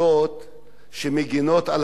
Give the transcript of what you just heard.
שמגינות על הדמוקרטיה,